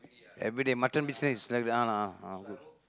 every day mutton business is like that one ah good